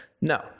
No